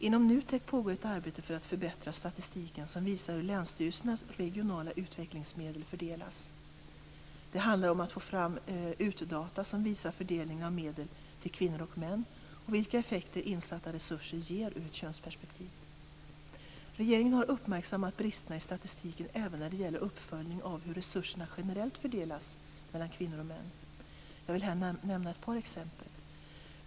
Inom NUTEK pågår ett arbete för att förbättra statistiken som visar hur länsstyrelsernas regionala utvecklingsmedel fördelas. Det handlar om att få fram utdata som visar fördelningen av medel till kvinnor och män och vilka effekter insatta resurser ger ur ett könsperspektiv. Regeringen har uppmärksammat bristerna i statistiken även när det gäller uppföljning av hur resurserna generellt fördelas mellan kvinnor och män. Jag vill här nämna ett par exempel.